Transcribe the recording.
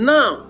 Now